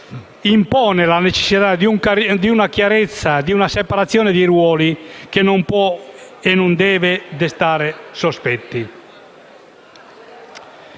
impone la necessità di una chiarezza e di una separazione di ruoli tali da non potere e da non dovere destare sospetti.